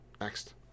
Next